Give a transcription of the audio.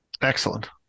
Excellent